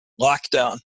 Lockdown